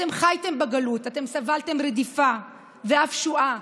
אתם חייתם בגלות, אתם סבלתם רדיפה ואף שואה.